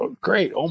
great